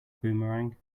boomerang